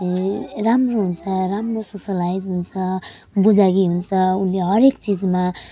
राम्रो हुन्छ राम्रो सोसलाइज हुन्छ बुझकी हुन्छ उसले हरेक चिजमा